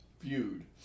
viewed